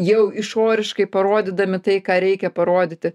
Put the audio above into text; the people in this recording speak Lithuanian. jau išoriškai parodydami tai ką reikia parodyti